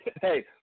Hey